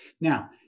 Now